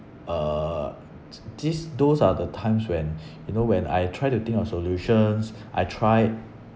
uh this those are the times when you know when I try to think of solutions I tried